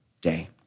day